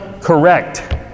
correct